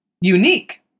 Unique